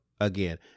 again